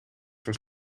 was